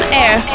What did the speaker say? air